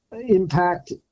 impact